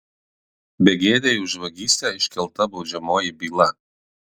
begėdei už vagystę iškelta baudžiamoji byla